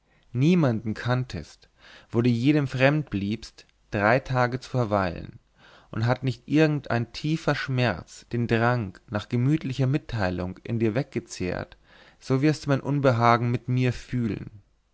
niemanden kanntest wo du jedem fremd bliebst drei tage zu verweilen und hat nicht irgend ein tiefer schmerz den drang nach gemütlicher mitteilung in dir weggezehrt so wirst du mein unbehagen mit mir fühlen